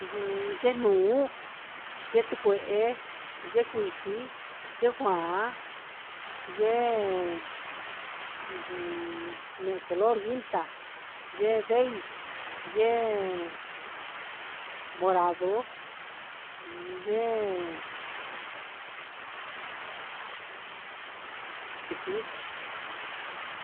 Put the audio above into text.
Ujun yenuun yetucuehe yecuiji yecuaha yee ujun e colo guinda ye beis ye morado yee ijii.